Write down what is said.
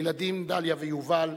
הילדים דליה ויובל